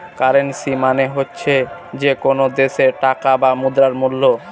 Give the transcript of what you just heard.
currency মানে হচ্ছে যে কোনো দেশের টাকা বা মুদ্রার মুল্য